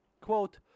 Quote